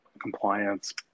compliance